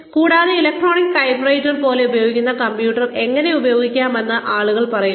കൂടാതെ ഒരു electronic typewriter പോലെ ഉപയോഗിക്കുന്ന കമ്പ്യൂട്ടർ എങ്ങനെ ഉപയോഗിക്കാമെന്ന് ആളുകൾ പഠിക്കുന്നു